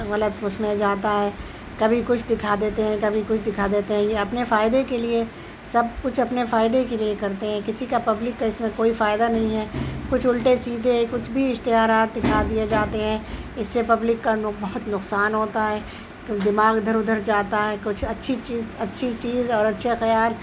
غلط اس میں جاتا ہے کبھی کچھ دکھا دیتے ہیں کبھی کچھ دکھا دیتے ہیں یہ اپنے فائدے کے لیے سب کچھ اپنے فائدے کے لیے کرتے ہیں کسی کا پبلک کا اس میں کوئی فائدہ نہیں ہے کچھ الٹے سیدھے کچھ بھی اشتہارات دکھا دئیے جاتے ہیں اس سے پبلک کا نا بہت نقصان ہوتا ہے دماغ اِدھر اُدھر جاتا ہے کچھ اچھی چیز اچھی چیز اور اچھے خیال